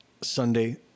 Sunday